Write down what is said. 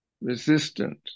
resistant